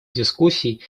дискуссий